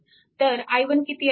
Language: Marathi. तर i1 किती असेल